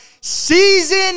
season